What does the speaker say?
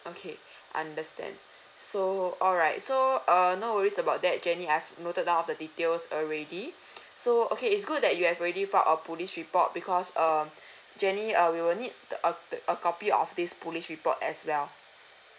okay understand so alright so uh no worries about that jenny I've noted down of the details already so okay it's good that you have already filed a police report because um jenny uh we will need the a the a copy of this police report as well